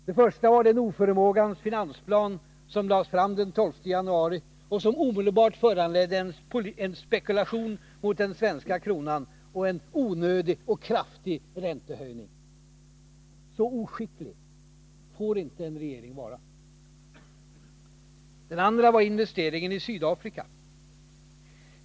Det första var den oförmågans finansplan som lades fram den 12 januari och som omedelbart föranledde en spekulation mot den svenska kronan och en onödig och kraftig räntehöjning. Så oskicklig får inte en regering vara. Det andra var investeringen i Sydafrika.